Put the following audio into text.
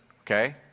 Okay